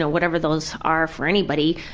ah whatever those are for anybody,